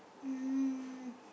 um